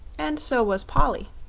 and so was polly.